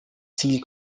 zielen